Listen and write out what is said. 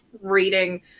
reading